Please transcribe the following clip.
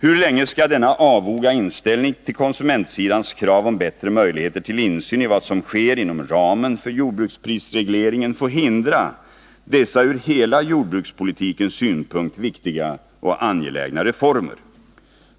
Hur länge skall denna avoga inställning till konsumentsidans krav på bättre möjligheter till insyn i vad som sker inom ramen för jordbruksprisregleringen få hindra dessa ur hela jordbrukspolitikens synpunkt viktiga och angelägna reformer?